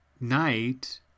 night